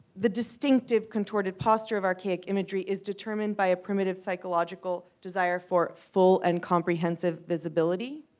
the distinctive contorted posture of archaic imagery is determined by a primitive psychological desire for full and comprehensive visibility